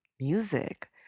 music